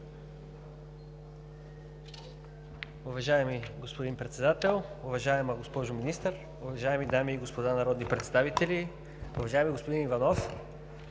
Уважаеми господин Председател, уважаема госпожо Министър, уважаеми дами и господа народни представители! Уважаеми господин Иванов,